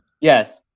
yes